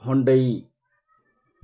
Hyundai